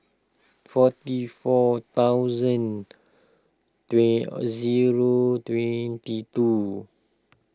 forty four thousand a zero twenty two